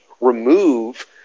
remove